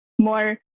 more